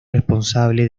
responsable